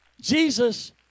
Jesus